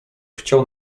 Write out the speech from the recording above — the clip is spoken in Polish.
chciał